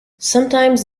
sometimes